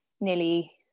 nearly